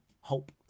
hope